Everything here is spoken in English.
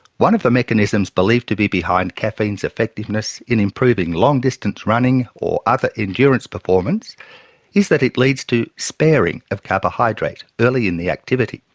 one of the mechanisms believed to be behind caffeine's effectiveness in improving long distance running or other endurance performance is that it leads to sparing of carbohydrate early in the activity.